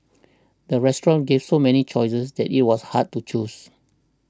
the restaurant gave so many choices that it was hard to choose